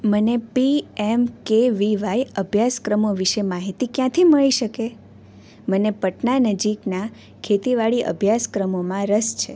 મને P M K V Y અભ્યાસક્રમો વિશે માહિતી ક્યાંથી મળી શકે મને પટના નજીકના ખેતીવાડી અભ્યાસક્રમોમાં રસ છે